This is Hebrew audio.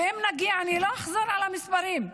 אני לא אחזור על המספרים.